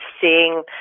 seeing